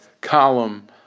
column